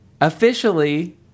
officially